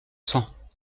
sens